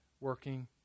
working